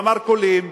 במרכולים,